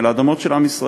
אלא אדמות של עם ישראל,